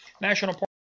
national